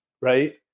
right